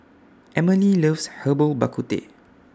Emilie loves Herbal Bak Ku Teh